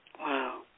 Wow